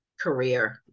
career